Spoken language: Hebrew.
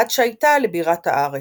עד שהייתה לבירת הארץ.